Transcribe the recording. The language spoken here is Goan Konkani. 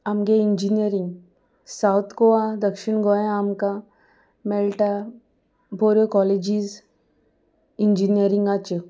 आमगे इंजिनियरींग सावत गोवा दक्षिण गोंय आमकां मेळटा बऱ्यो कॉलेजीस इंजिनियरींगाच्यो